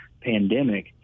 pandemic